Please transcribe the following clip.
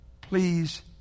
Please